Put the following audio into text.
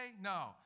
No